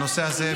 הנושא הזה,